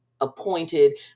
appointed